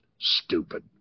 stupid